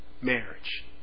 marriage